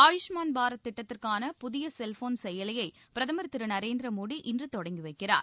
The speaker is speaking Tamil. ஆயுஷ்மான் பாரத் திட்டத்திற்கான புதிய செல்போன் செயலியை பிரதமர் திரு நரேந்திர மோடி இன்று தொடங்கி வைக்கிறார்